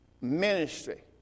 ministry